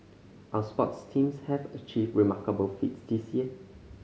our sports teams have achieved remarkable feats this year